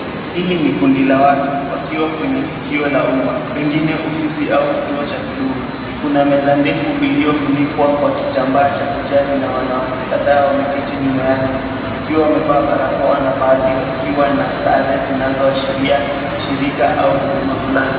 Hili ni kundi la watu wakiwa kwenye tukio la umma pengine ofisi au kituo cha huduma. Kuna meza ndefu iliyofunikwa kwa kitambaa cha kijani na wanawake kadhaa wameketi nyuma yake wakiwa wamevaa barakoa na baadhi wakiwa na sare zinazoashiria shirika au huduma fulani.